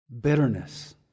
bitterness